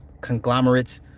conglomerates